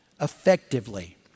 effectively